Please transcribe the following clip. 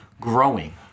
growing